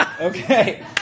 Okay